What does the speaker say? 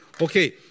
okay